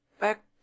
back